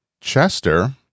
Chester